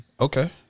Okay